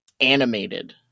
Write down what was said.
animated